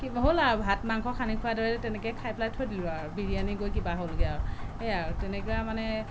কি নহ'ল আৰু ভাত মাংস সানি খোৱাৰ দৰে তেনেকৈয়ে খাই পেলাই থৈ দিলোঁ আৰু বিৰিয়ানি গৈ কিবা হ'লগৈ আৰু এয়া আৰু তেনেকুৱা আৰু মানে